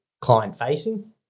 client-facing